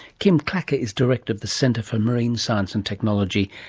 kim clacker is director of the centre for marine science and technology,